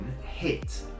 hit